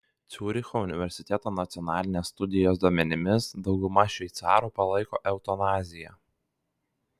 ciuricho universiteto nacionalinės studijos duomenimis dauguma šveicarų palaiko eutanaziją